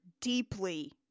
deeply